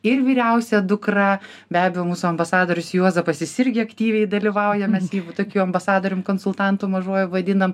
ir vyriausia dukra be abejo mūsų ambasadorius juozapas jis irgi aktyviai dalyvauja mes jį tokiu ambasadorium konsultantu mažuoju vadinam